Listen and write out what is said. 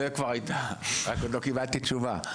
זו כבר הייתה, רק עוד לא קיבלתי תשובה.